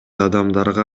адамдарга